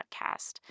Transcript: podcast